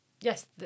Yes